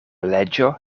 leĝo